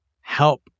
help